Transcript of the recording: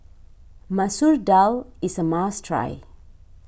Masoor Dal is a must try